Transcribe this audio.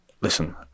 listen